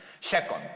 Second